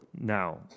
now